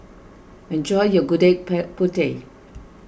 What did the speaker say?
enjoy your Gudeg pill Putih